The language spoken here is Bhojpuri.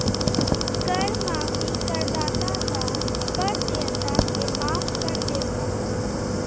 कर माफी करदाता क कर देयता के माफ कर देवला